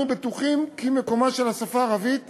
אנחנו בטוחים כי מקומה של השפה הערבית